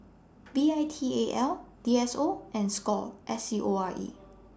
V I T A L D S O and SCORE S C O R E